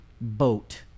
boat